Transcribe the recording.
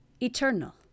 eternal